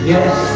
Yes